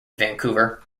vancouver